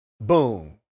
boom